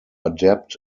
adept